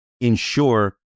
ensure